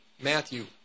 Matthew